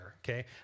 okay